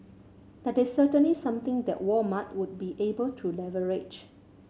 that is certainly something that Walmart would be able to leverage